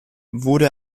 wurde